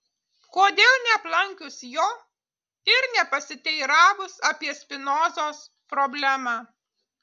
kodėl neaplankius jo ir nepasiteiravus apie spinozos problemą